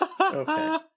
Okay